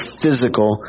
physical